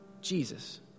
Jesus